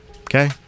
Okay